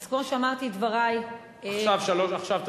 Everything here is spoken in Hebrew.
אז כמו שאמרתי את דברי, עכשיו תתחילי.